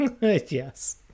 yes